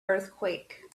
earthquake